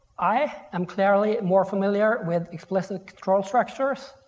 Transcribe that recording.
i am clearly more familiar with explicit control structures.